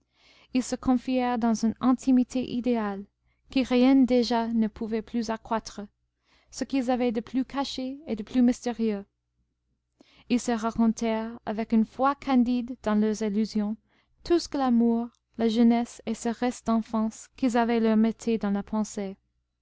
ils se confièrent dans une intimité idéale que rien déjà ne pouvait plus accroître ce qu'ils avaient de plus caché et de plus mystérieux ils se racontèrent avec une foi candide dans leurs illusions tout ce que l'amour la jeunesse et ce reste d'enfance qu'ils avaient leur mettaient dans la pensée